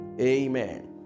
Amen